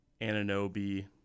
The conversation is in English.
Ananobi